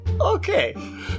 Okay